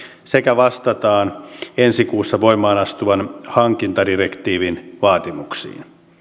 sekä vastataan ensi kuussa voimaan astuvan hankintadirektiivin vaatimuksiin